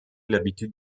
l’habitude